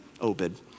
Obed